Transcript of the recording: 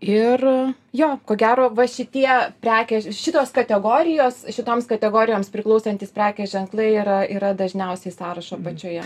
ir jo ko gero va šitie prekės šitos kategorijos šitoms kategorijoms priklausantys prekės ženklai yra yra dažniausiai sąrašo apačioje